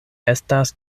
estas